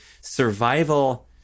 survival